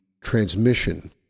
transmission